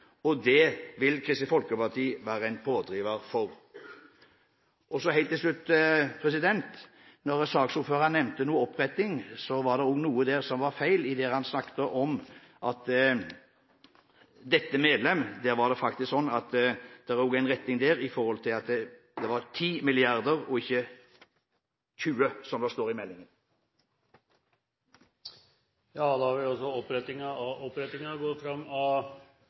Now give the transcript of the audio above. Det vil Kristelig Folkeparti være en pådriver for. Helt til slutt: Da saksordføreren nevnte noe om en oppretting, var det noe som var feil da han snakket om der hvor det står «dette medlem» i stedet for «dette flertall». Der skal det faktisk være enda en oppretting: Det skal stå 10 mrd. kr og ikke 20 mrd. kr, som det altså står på side 9 i innstillingen. Da vil opprettingen av opprettingen gå fram av